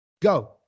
go